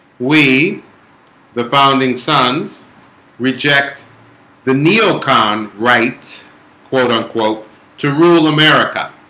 we the founding sons reject the neocon right quote unquote to rural america